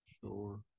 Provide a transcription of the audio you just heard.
Sure